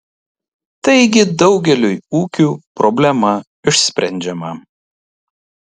taigi daugeliui ūkių problema išsprendžiama